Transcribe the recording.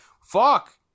fuck